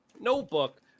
notebook